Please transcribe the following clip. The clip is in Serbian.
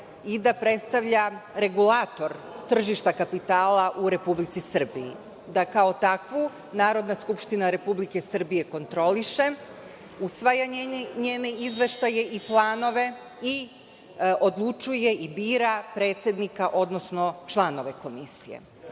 i da predstavlja regulator tržišta kapitala u Republici Srbiji, da kao takvu Narodna skupština Republike Srbije kontroliše, usvaja njene izveštaje i planove i odlučuje i bira predsednika, odnosno članove komisije. Druga